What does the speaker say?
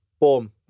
Boom